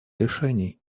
решений